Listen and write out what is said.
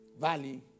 valley